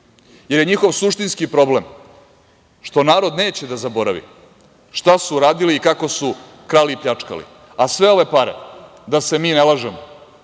Jer, je njihov suštinski problem što narod neće da zaboravi šta su radili i kako su krali i pljačkali, a sve ove pare, da se mi ne lažemo